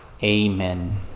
Amen